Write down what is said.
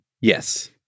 Yes